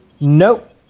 Nope